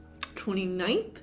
29th